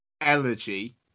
elegy